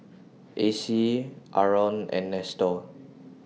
Acy Aron and Nestor